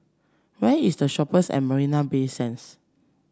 where is The Shoppes at Marina Bay Sands